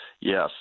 Yes